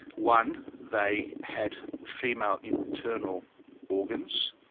one, they had female internal organs,